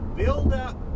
buildup